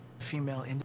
female